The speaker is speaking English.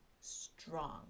strong